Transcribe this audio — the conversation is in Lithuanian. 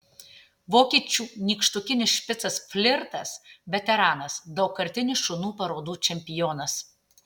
vokiečių nykštukinis špicas flirtas veteranas daugkartinis šunų parodų čempionas